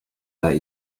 that